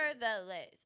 nevertheless